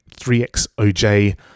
3XOJ